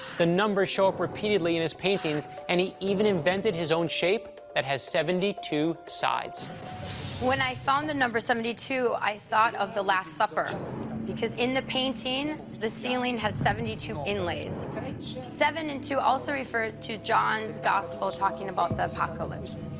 the numbers show up repeatedly in his paintings, and he even invented his own shape that has seventy two sides. interpreter when i found the number seventy two, i thought of the last supper because in the painting, the ceiling has seventy two inlays. seven and two also refer to john's gospel talking about the apocalypse.